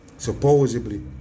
Supposedly